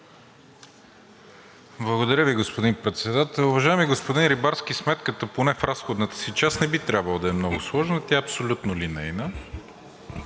Благодаря Ви, господин Председател. Уважаеми господин Рибарски, сметката поне в разходната си част не би трябвало да е много сложна. Тя е абсолютно линейна.